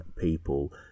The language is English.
people